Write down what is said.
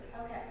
Okay